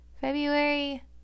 February